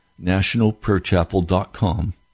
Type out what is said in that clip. nationalprayerchapel.com